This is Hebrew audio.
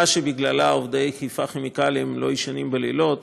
שבגללה עובדי חיפה כימיקלים לא ישנים בלילות